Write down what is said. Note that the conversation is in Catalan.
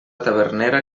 tavernera